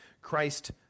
Christ